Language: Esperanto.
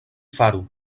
faru